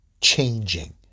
Changing